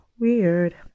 Weird